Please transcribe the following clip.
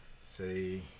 say